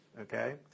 okay